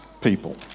people